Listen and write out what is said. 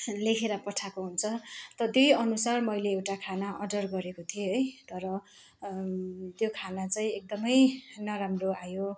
लेखेर पठाएको हुन्छ तर त्यहीअनुसार मैले एउटा खाना अर्डर गरेको थिएँ है तर त्यो खाना चाहिँ एकदमै नराम्रो आयो